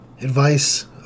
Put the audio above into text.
advice